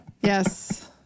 Yes